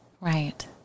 right